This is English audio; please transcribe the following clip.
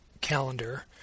calendar